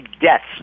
deaths